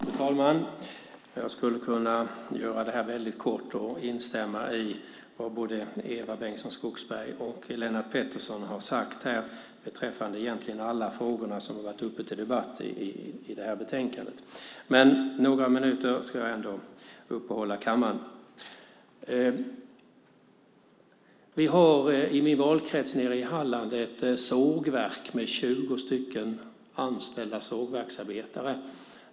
Fru talman! Jag skulle kunna göra detta kort genom att instämma i vad både Eva Bengtson Skogsberg och Lennart Pettersson har sagt beträffande egentligen alla de frågor som har varit uppe till debatt med anledning av detta betänkande. Några minuter ska jag dock ändå uppehålla kammaren. Vi har i min valkrets nere i Halland ett sågverk med 20 anställda sågverksarbetare.